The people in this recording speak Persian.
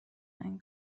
این